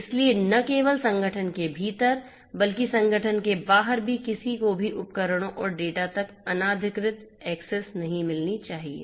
इसलिए न केवल संगठन के भीतर बल्कि संगठन के बाहर भी किसी को भी उपकरणों और डेटा तक अनाधिकृत एक्सेस नहीं मिलनी चाहिए